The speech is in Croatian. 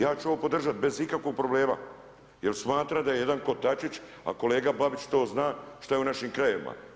Ja ću ovo podržati bez ikakvog problema, jer smatram da jedan kotačić, a kolega Babić to zna šta je u našim krajevima.